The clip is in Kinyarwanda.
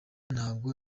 ntabwo